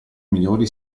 migliori